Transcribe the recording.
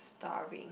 starving